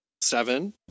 seven